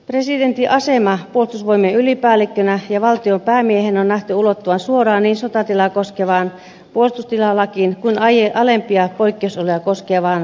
presidentin aseman puolustusvoimien ylipäällikkönä ja valtionpäämiehenä on nähty ulottuvan suoraan niin sotatilaa koskevaan puolustustilalakiin kuin alempia poikkeusoloja koskevaan valmiuslakiinkin